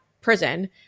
prison